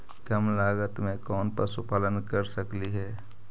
कम लागत में कौन पशुपालन कर सकली हे?